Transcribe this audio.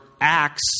acts